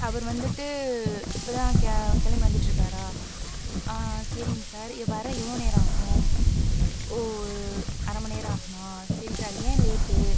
அவர் வந்துட்டு இப்போ தான் கே கிளம்பி வந்துட்டுருக்காரா சரிங்க சார் வர எவ்வளோ நேரம் ஆகும் ஓ ஒரு அரை மணி நேரம் ஆகுமா சரி சார் ஏன் லேட்டு